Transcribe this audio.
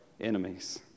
enemies